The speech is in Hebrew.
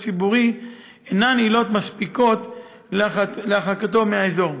ציבורי אינן עילות מספיקות להרחקתו מהאזור.